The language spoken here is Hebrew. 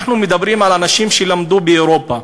אם אנחנו מדברים על אנשים שלמדו באירופה,